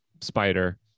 spider